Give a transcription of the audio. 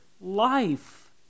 life